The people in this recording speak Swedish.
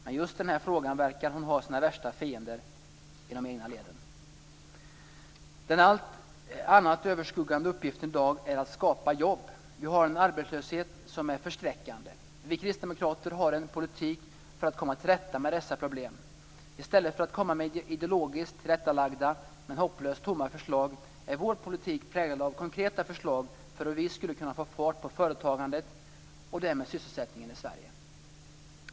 Men i just den frågan verkar hon ha sina värsta fiender i de egna leden. Den allt annat överskuggande uppgiften i dag är att skapa jobb. Vi har en arbetslöshet som är förskräckande. Vi kristdemokrater har en politik för att komma till rätta med dessa problem. I stället för att komma med ideologiskt tillrättalagda men hopplöst tomma förslag är vår politik präglad av konkreta förslag för hur vi skall kunna få fart på företagandet, och därmed sysselsättningen, i Sverige.